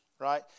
right